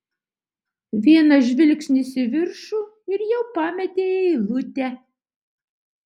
vienas žvilgsnis į viršų ir jau pametei eilutę